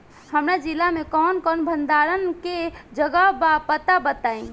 हमरा जिला मे कवन कवन भंडारन के जगहबा पता बताईं?